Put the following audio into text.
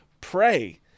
pray